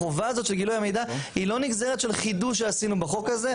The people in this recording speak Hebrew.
החובה הזאת של גילוי המידע היא לא נגזרת של חידוש שעשינו בחוק הזה,